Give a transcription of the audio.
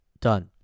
done